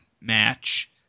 match